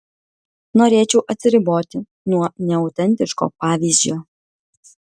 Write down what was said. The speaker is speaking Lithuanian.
norėčiau atsiriboti nuo neautentiško pavyzdžio